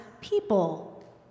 people